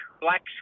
black